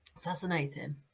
fascinating